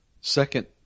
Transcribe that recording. second